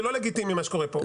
זה לא לגיטימי מה שקורה פה,